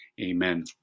amen